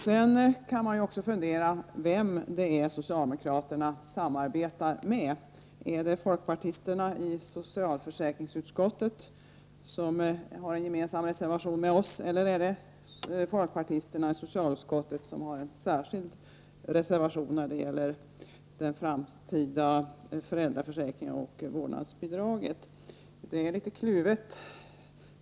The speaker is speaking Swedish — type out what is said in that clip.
Man kan fundera över vem det är som socialdemokraterna samarbetar med -— är det folkpartisterna i socialförsäkringsutskottet, som har en reservation gemensam med oss, eller är det folkpartisterna i socialutskottet, som har en särskild reservation när det gäller den framtida föräldraförsäkringen och vårdnadsbidraget. Det är litet kluvet!